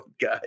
guy